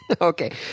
Okay